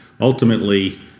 ultimately